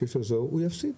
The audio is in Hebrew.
הוא יפסיד.